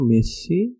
Messi